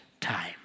time